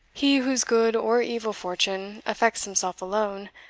he whose good or evil fortune affects himself alone,